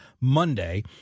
Monday